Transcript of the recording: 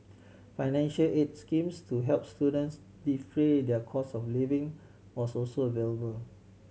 financial aid schemes to help students defray their cost of living was also available